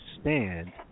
stand